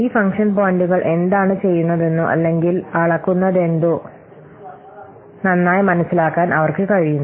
ഈ ഫംഗ്ഷൻ പോയിന്റുകൾ എന്താണ് ചെയ്യുന്നതെന്നോ അല്ലെങ്കിൽ അളക്കുന്നതെന്നോ നന്നായി മനസ്സിലാക്കാൻ അവർക്ക് കഴിയുന്നു